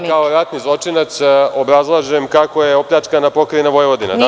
Evo, ja kao ratni zločinac obrazlažem kako je opljačkana pokrajina Vojvodina, tako je.